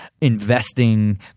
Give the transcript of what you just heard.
investing